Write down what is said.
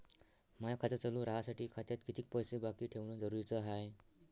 माय खातं चालू राहासाठी खात्यात कितीक पैसे बाकी ठेवणं जरुरीच हाय?